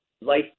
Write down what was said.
life